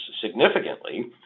significantly